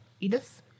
Edith